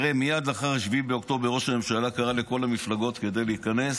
מייד לאחר 7 באוקטובר ראש הממשלה קרא לכל המפלגות להיכנס,